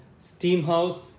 Steamhouse